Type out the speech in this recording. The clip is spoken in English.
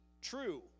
true